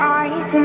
eyes